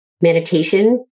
meditation